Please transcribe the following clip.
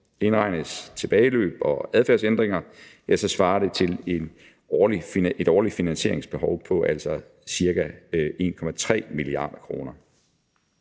Indregnes tilbageløb og adfærdsændringer, svarer det til et årligt finansieringsbehov på ca. 1,3 mia. kr.